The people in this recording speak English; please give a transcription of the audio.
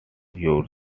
yours